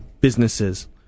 businesses